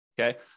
Okay